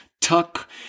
tuck